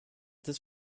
this